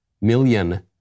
million